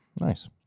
Nice